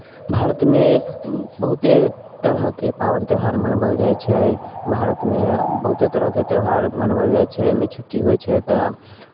भारतमे बहुते तरहके पाबनि त्यौहार मनाओल जाइ छै भारतमे बहुते तरहके त्योहार मनाओल जाइ छै ओहिमे छुट्टी होइ छै तऽ